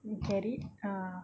you get it ah